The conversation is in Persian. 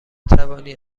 توانی